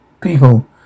people